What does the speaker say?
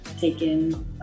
taken